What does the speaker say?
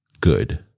good